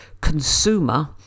consumer